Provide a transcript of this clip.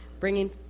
bringing